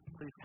Please